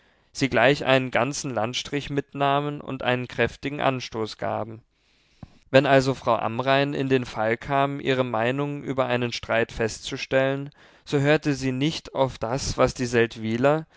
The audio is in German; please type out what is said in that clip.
sie gleich einen ganzen landstrich mitnahmen und einen kräftigen anstoß gaben wenn also frau amrain in den fall kam ihre meinung über einen streit festzustellen so hörte sie nicht auf das was die